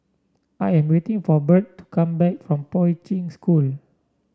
I am waiting for Birt to come back from Poi Ching School